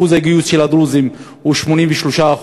אחוז הגיוס של הדרוזים הוא 83%,